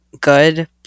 good